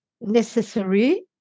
necessary